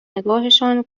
نگاهشان